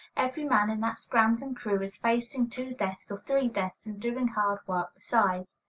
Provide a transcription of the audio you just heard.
every man in that scrambling crew is facing two deaths, or three deaths, and doing hard work besides.